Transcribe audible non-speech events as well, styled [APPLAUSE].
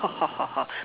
[LAUGHS]